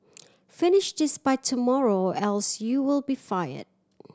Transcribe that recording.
finish this by tomorrow else you will be fired